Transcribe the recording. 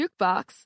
Jukebox